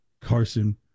Carson